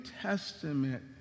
Testament